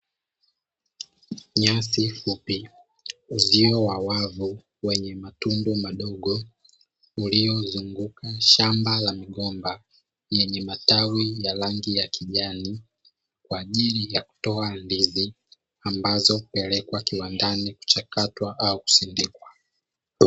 Nyasi fupi, uzio wa wavu wenye matundu madogo, uliozunguka shamba la migomba, yenye matawi ya rangi ya kijanikwa ajili ya kutoa ndizi, ambazo hupelekwa kiwandani kwa ajili ya kuchakatwa au kusindikwa.